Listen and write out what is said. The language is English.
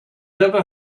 never